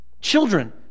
children